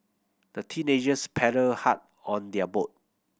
the teenagers paddled hard on their boat